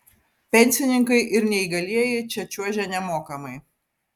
pensininkai ir neįgalieji čia čiuožia nemokamai